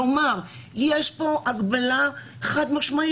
כלומר, יש פה הגבלה חד-משמעית.